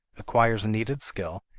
acquires needed skill,